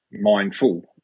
mindful